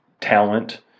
talent